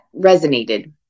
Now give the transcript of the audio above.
resonated